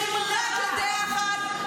בשם הפמיניזם אתם מאפשרים רק דעה אחת,